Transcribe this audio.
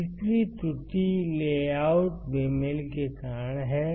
तीसरी त्रुटि लेआउट बेमेल के कारण है